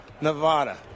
Nevada